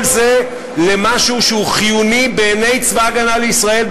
כל זה למשהו שהוא חיוני בעיני צבא ההגנה לישראל,